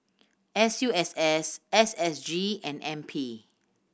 S U S S S S G and N P